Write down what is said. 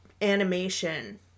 Animation